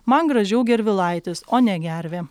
man gražiau gervilaitis o ne gervė